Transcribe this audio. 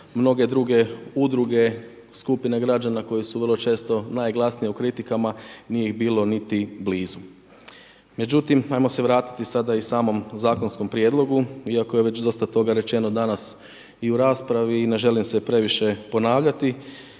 mnoge druge udruge skupine građana koje su vrlo često najglasnije u kritikama, nije ih bilo niti blizu. Međutim, ajmo se vratiti sada i samom zakonskom prijedlogu iako je već dosta toga rečeno danas i u raspravi i ne želim se previše ponavljati,